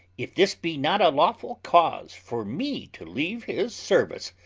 if this be not a lawful cause for me to leave his service,